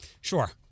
Sure